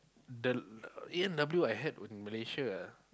the A-and-W I had in Malaysia ah